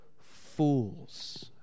fools